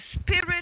spirit